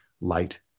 light